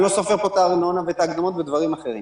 אני לא סופר פה את הארנונה ואת ההקדמות ודברים אחרים.